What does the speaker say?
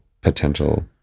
potential